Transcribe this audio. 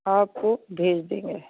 आपको भेज देंगे